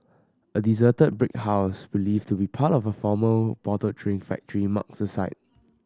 a deserted brick house believed to be part of a former bottled drink factory marks the site